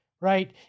Right